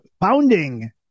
founding